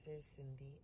Cindy